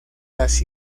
las